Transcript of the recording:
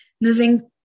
moving